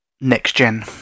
next-gen